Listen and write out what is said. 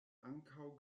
ankaŭ